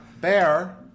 bear